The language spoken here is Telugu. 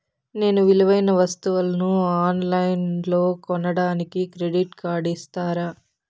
నేను విలువైన వస్తువులను ఆన్ లైన్లో కొనడానికి క్రెడిట్ కార్డు ఇస్తారా?